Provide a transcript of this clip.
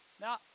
Now